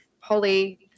holy